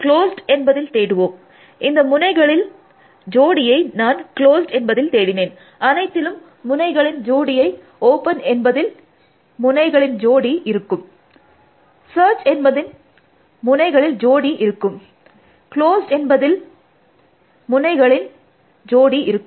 closed என்பதில் தேடுவோம் இந்த முனைகளின் ஜோடியை நான் க்ளோஸ்ட் என்பதில் தேடினேன் அனைத்திலும் முனைகளின் ஜோடியே ஓப்பன் என்பதில் முனைகளின் ஜோடி இருக்கும் சர்ச் என்பதில் முனைகளின் ஜோடி இருக்கும் க்ளோஸ்ட் என்பதில் முனைகளின் ஜோடி இருக்கும்